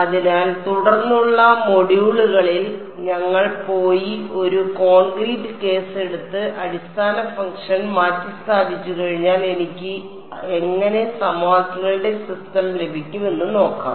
അതിനാൽ തുടർന്നുള്ള മൊഡ്യൂളുകളിൽ ഞങ്ങൾ പോയി ഒരു കോൺക്രീറ്റ് കേസ് എടുത്ത് അടിസ്ഥാന ഫംഗ്ഷൻ മാറ്റിസ്ഥാപിച്ചുകഴിഞ്ഞാൽ എനിക്ക് എങ്ങനെ സമവാക്യങ്ങളുടെ സിസ്റ്റം ലഭിക്കും എന്ന് നോക്കാം